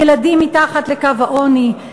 ילדים מתחת לקו העוני,